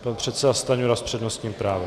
Pan předseda Stanjura s přednostním právem